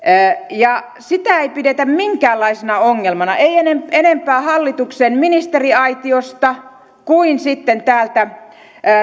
ja sitä ei pidetä minkäänlaisena ongelmana ei enempää hallituksen ministeriaitiosta kuin sitten täältä